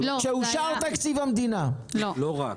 כשאושר תקציב המדינה --- לא רק.